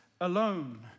alone